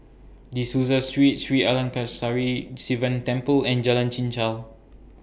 De Souza Street Sri Arasakesari Sivan Temple and Jalan Chichau